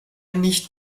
nicht